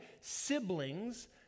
siblings